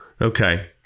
Okay